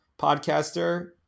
podcaster